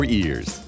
ears